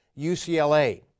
UCLA